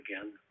again